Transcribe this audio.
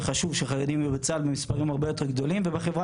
וחשוב שיהיו חיילים במספרים הרבה יותר גדולים מהחברה